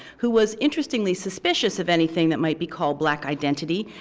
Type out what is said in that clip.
who was interestingly suspicious of anything that might be called black identity,